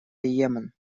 йемен